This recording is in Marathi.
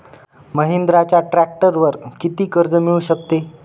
महिंद्राच्या ट्रॅक्टरवर किती कर्ज मिळू शकते?